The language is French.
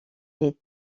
est